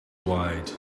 wide